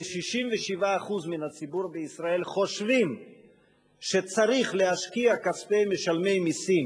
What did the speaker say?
ו-67% מן הציבור בישראל חושבים שצריך להשקיע כספי משלמי מסים